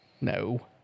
No